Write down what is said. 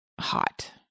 hot